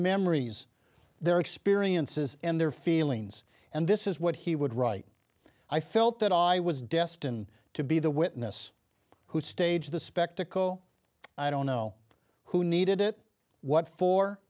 memories their experiences and their feelings and this is what he would write i felt that i was destined to be the witness who staged the spectacle i don't know who needed it what for